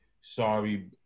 Sorry